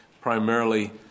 primarily